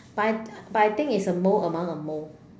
but I but I think is a mole among a mole